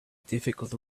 difficult